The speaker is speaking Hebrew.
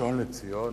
הראשון לציון,